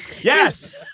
Yes